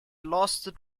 lasted